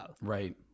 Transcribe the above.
right